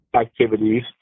activities